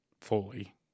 fully